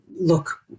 look